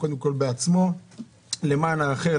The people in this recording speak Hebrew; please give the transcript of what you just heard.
בעצמו למען האחר,